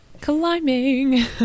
Climbing